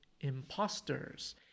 imposters